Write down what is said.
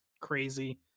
crazy